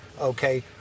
okay